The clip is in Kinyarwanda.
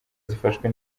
zifashwe